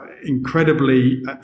incredibly